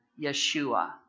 Yeshua